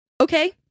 Okay